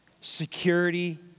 security